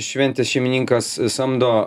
šventės šeimininkas samdo